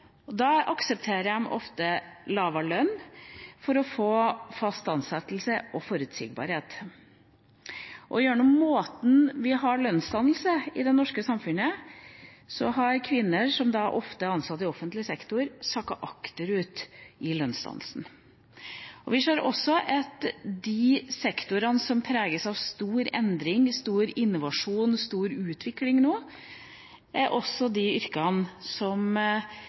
Da aksepterer de ofte lavere lønn for å få fast ansettelse og forutsigbarhet. Gjennom måten vi har lønnsdannelse på i det norske samfunnet, har kvinner, som ofte er ansatt i offentlig sektor, sakket akterut i lønnsdannelsen. Vi ser også at de yrkene som preges av stor endring, stor innovasjon og stor utvikling nå, er de yrkene som